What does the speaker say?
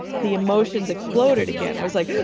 the emotions exploded again. i was like